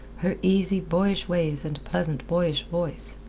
her easy, boyish ways and pleasant, boyish voice.